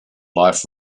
life